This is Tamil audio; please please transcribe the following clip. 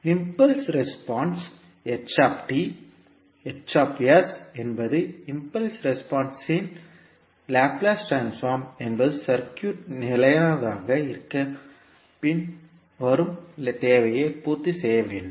இம்பல்ஸ் ரெஸ்பான்ஸ் என்பது இம்பல்ஸ் ரெஸ்பான்ஸ்இன் லாப்லேஸ் டிரான்ஸ்ஃபார்ம் என்பது சர்க்யூட் நிலையானதாக இருக்க பின்வரும் தேவையை பூர்த்தி செய்ய வேண்டும்